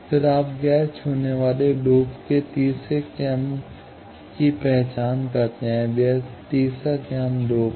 फिर आप गैर छूने वाले लूप के तीसरे क्रम की पहचान करते हैं वह तीसरा क्रम लूप है